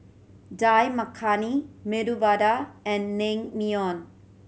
Dal Makhani Medu Vada and Naengmyeon